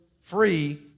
free